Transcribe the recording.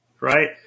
right